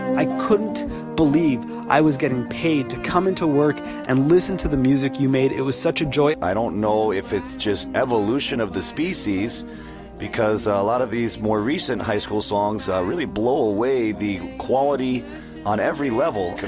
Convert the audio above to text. i couldn't believe i was getting paid to come into work and listen to the music you made it was such a joy. i don't know if it's just evolution of the species because a lot of these more recent high school songs really blow away the quality on every level.